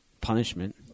Punishment